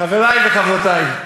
חברי וחברותי,